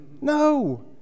no